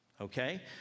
okay